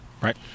Right